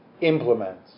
implement